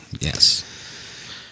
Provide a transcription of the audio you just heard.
Yes